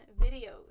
videos